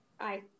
Aye